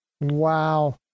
Wow